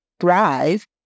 thrive